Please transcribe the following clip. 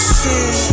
sin